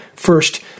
First